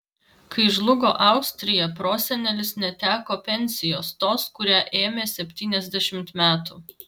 kai žlugo austrija prosenelis neteko pensijos tos kurią ėmė septyniasdešimt metų